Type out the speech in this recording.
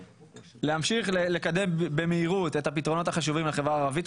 להמשיך לקדם במהירות את הפתרונות החשובים לחברה הערבית,